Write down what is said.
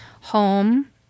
Home